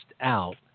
out